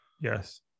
Yes